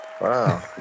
Wow